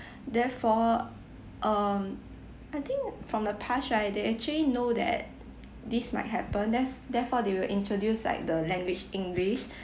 therefore um I think from the past right they actually know that this might happen there's therefore they will introduce like the language english